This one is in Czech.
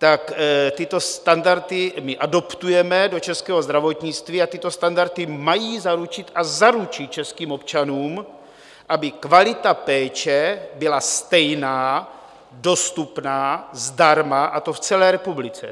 tak tyto standardy my adoptujeme do českého zdravotnictví a tyto standardy mají zaručit a zaručí českým občanům, aby kvalita péče byla stejná, dostupná, zdarma, a to v celé republice.